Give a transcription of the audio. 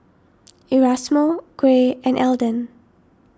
Erasmo Gray and Elden